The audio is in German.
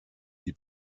die